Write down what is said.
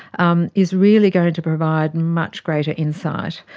um is really going to provide much greater insight.